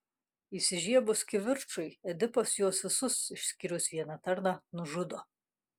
įsižiebus kivirčui edipas juos visus išskyrus vieną tarną nužudo